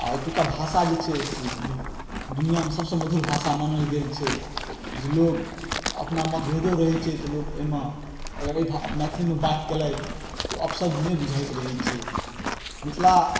आओर एतुका भाषा जे छै दुनिआमे सबसँ मधुर भाषा मानल गेल छै जे लोक अपना मतभेदो रहै छै तऽ लोक अइमे अगर अइ भा मैथिलीमे बात कयलथि तऽ ओ अपशब्द नहि बुझाइत रहै छै मिथिला